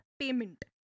payment